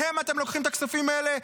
מהם אתם לוקחים את הכספים האלה?